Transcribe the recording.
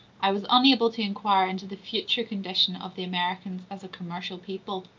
i was unable to inquire into the future condition of the americans as a commercial people.